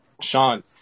Sean